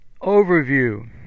Overview